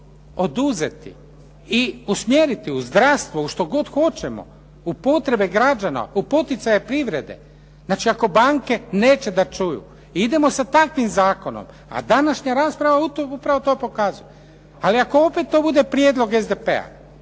oduzeti i usmjeriti u zdravstvo, u što god hoćemo, u potrebe građana, u poticaje privrede. Znači, ako banke neće da čuju, idemo sa takvim zakonom, a današnja rasprava upravo to pokazuje. Ali ako opet to bude prijedlog SDP-a